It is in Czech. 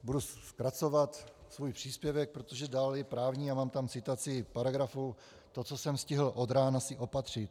Budu zkracovat svůj příspěvek, protože dál je právní a mám tam citaci paragrafů, to, co jsem si stihl od rána opatřit.